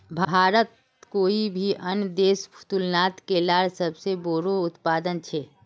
भारत कोई भी अन्य देशेर तुलनात केलार सबसे बोड़ो उत्पादक छे